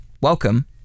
Welcome